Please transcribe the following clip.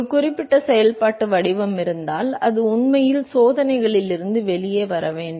ஒரு குறிப்பிட்ட செயல்பாட்டு வடிவம் இருந்தால் அது உண்மையில் சோதனைகளில் இருந்து வெளியே வர வேண்டும்